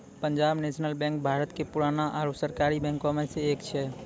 Punjab national bank Bharat के पुराना आरु सरकारी बैंको मे से एक छै